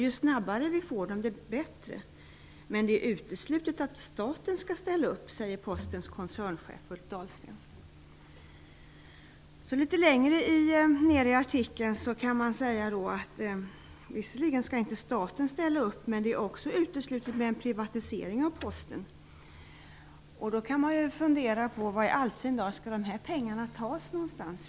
Ju snabbare vi får dem, desto bättre, men det är uteslutet att staten ska ställa upp, säger Litet längre ner i artikeln säger han att staten inte skall ställa upp, men att det också är uteslutet med en privatisering av Posten. Man kan man ju då fundera på varifrån dessa pengar skall tas.